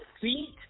feet